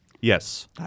Yes